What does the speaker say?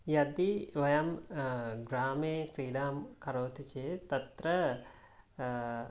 यदि वयं ग्रामे क्रीडां करोति चेत् तत्र